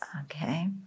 Okay